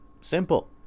Simple